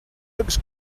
looks